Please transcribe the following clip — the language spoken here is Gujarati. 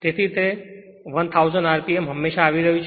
તેથી 1000 rpm તે હંમેશની જેમ આવી રહ્યું છે